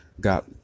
got